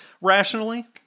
rationally